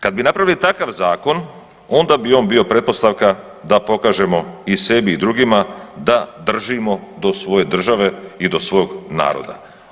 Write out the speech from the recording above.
Kad bi napravili takav zakon onda bi on bio pretpostavka da pokažemo i sebi i drugima da držimo do svoje države i do svog naroda.